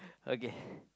okay